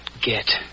get